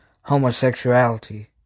homosexuality